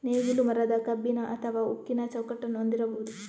ನೇಗಿಲು ಮರದ, ಕಬ್ಬಿಣ ಅಥವಾ ಉಕ್ಕಿನ ಚೌಕಟ್ಟನ್ನು ಹೊಂದಿರಬಹುದು